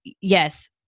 yes